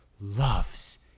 loves